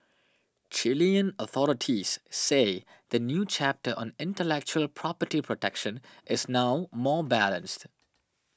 Chilean authorities say the new chapter on intellectual property protection is now more balanced